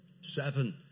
Seven